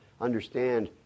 understand